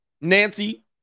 Nancy